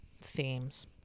themes